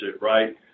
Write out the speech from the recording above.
right